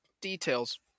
details